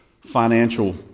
financial